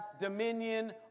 dominion